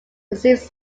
receives